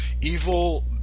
Evil